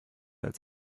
als